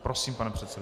Prosím, pane předsedo.